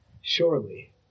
surely